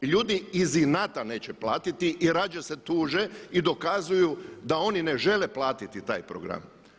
Ljudi iz inata neće platiti i radije se tuže i dokazuju da oni ne žele platiti taj program.